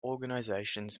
organizations